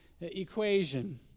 equation